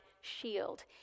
shield